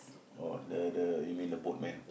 oh the the you mean the boatman